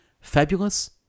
fabulous